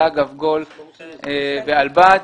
גולף ואל-בד.